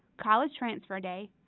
college transfer day,